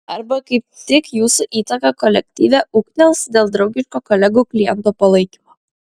arba kaip tik jūsų įtaka kolektyve ūgtels dėl draugiško kolegų klientų palaikymo